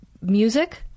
Music